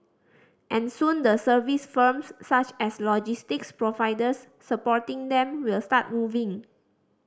and soon the service firms such as logistics providers supporting them will start moving